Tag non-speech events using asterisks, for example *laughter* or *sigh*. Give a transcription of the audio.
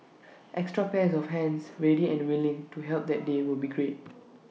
*noise* extra pairs of hands ready and willing to help that day would be great